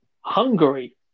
Hungary